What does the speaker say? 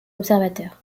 observateurs